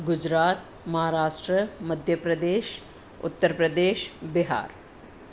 Gujarat Maharashtra Madhya Pradesh Uttar Pradesh Bihar